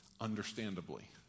understandably